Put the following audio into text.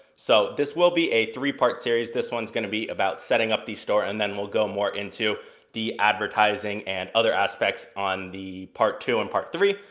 so this will be a three-part series. this one's gonna be about setting up this store, and then we'll go more into the advertising and other aspects on the part two and part three.